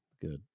Good